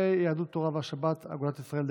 ויהדות התורה והשבת אגודת ישראל,